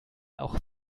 auch